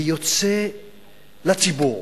ויוצא לציבור